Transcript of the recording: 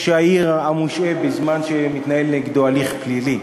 העיר המושעה בזמן שמתנהל נגדו הליך פלילי.